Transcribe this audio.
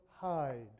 hide